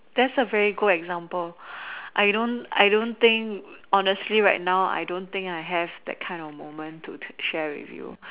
that's a very good example I don't I don't think honestly right now I don't think right now I don't have that kind of moment to share with you